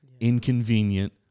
inconvenient